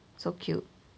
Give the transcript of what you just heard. so cute